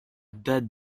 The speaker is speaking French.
date